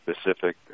specific